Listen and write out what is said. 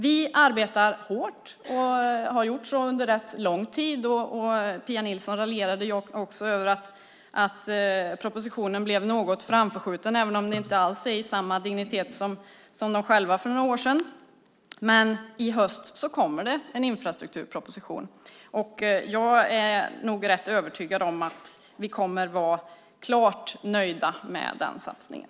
Vi arbetar hårt och har så gjort under rätt lång tid. Pia Nilsson raljerade också över att propositionen blev något framskjuten, även om det inte alls är i paritet med vad de själva gjorde för några år sedan. I höst kommer en infrastrukturproposition. Jag är rätt övertygad om att vi kommer att vara klart nöjda med den satsningen.